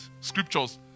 scriptures